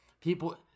people